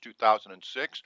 2006